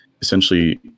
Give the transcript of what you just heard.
essentially